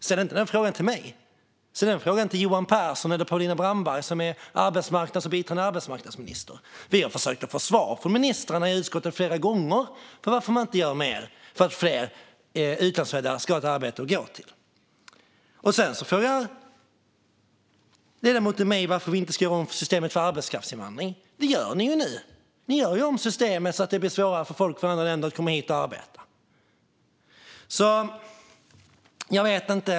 Ställ inte den frågan till mig, utan ställ den frågan till Johan Pehrson eller Paulina Brandberg som är arbetsmarknads och biträdande arbetsmarknadsminister. Vi har flera gånger försökt få svar från ministrarna i utskotten på varför man inte gör mer för att fler utlandsfödda ska ha ett arbete att gå till. Sedan frågar ledamoten mig varför vi inte ska göra om systemet för arbetskraftsinvandring. Det gör ni ju nu. Ni gör ju om systemen så att det blir svårare för folk från andra länder att komma hit och arbeta.